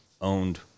owned